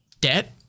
debt